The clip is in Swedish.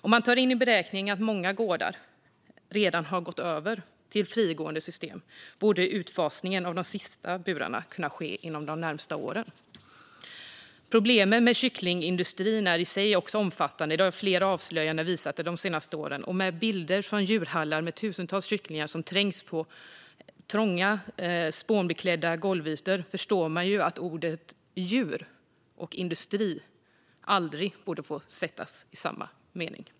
Om man tar in i beräkningen att många gårdar redan har gått över till frigående system borde utfasningen av de sista burarna kunna ske inom de närmaste åren. Problemen med kycklingindustrin är i sig också omfattande, vilket flera avslöjanden har visat de senaste åren. Av bilder från djurhallar med tusentals kycklingar som trängs på trånga spånbeklädda golvytor förstår man att orden "djur" och "industri" aldrig borde få sättas i samma mening.